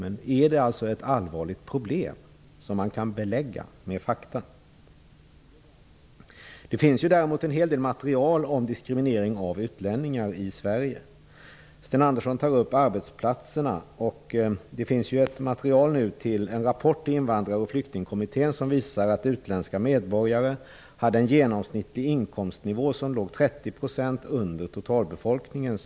Men är det ett allvarligt problem som man kan belägga med fakta? Det finns däremot en hel del materia om diskriminering av utlänningar i Sverige. Sten Andersson tog upp arbetsplatserna. Nu finns det material till en rapport till lnvandrar och flyktingkommitten som visar att utländska medborgare 1991 hade en genomsnittlig inkomstnivå som låg 30 % under totalbefolkningens.